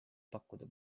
pakkuda